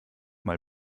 mal